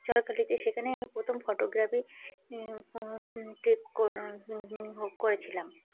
ঝড়খালিতে সেখানে আমি প্রথম ফটোগ্রাফি ট্রিপ করে ও করেছিলাম